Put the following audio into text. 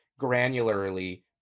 granularly